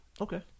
Okay